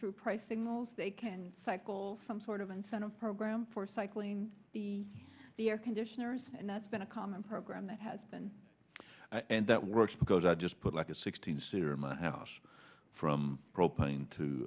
through price signals they can cycle some sort of incentive program for cycling the the air conditioners and that's been a common program it has been and that works because i just put like a sixteen serum a house from propane to